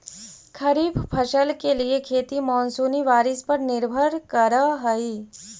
खरीफ फसल के लिए खेती मानसूनी बारिश पर निर्भर करअ हई